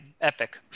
epic